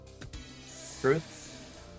Truth